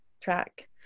track